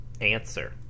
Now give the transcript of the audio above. answer